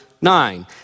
nine